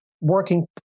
working